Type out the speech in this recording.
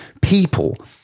people